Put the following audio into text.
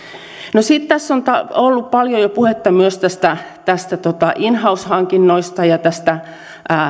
sitten tässä on ollut paljon jo puhetta myös in house hankinnoista ja tästä